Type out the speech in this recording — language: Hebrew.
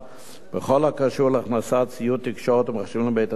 בכל הקשור להכנסת ציוד תקשורת ומחשבים לבתי-הספר.